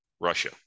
Russia